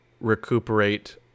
recuperate